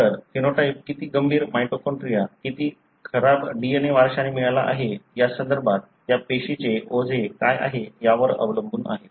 तर फिनोटाइप किती गंभीर माइटोकॉन्ड्रिया किती खराब DNA वारशाने मिळाला आहे या संदर्भात त्या पेशीचे ओझे काय आहे यावर अवलंबून आहे